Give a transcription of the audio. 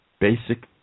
basic